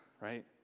right